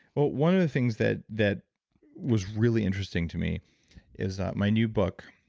one of the things that that was really interesting to me is my new book,